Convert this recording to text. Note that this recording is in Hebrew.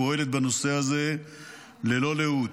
פועלת בנושא הזה ללא לאות.